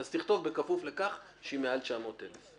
אז תכתוב בכפוף לכך שהיא מעל 900 אלף.